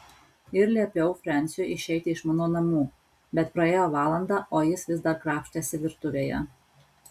ir liepiau frensiui išeiti iš mano namų bet praėjo valanda o jis vis dar krapštėsi virtuvėje